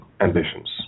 ambitions